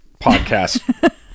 podcast